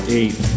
eight